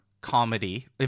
comedy